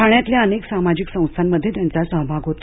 ठाण्यातल्या अनेक सामाजिक संस्थांमध्ये त्यांचा सहभाग होता